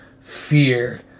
fear